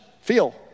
feel